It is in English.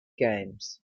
games